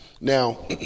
Now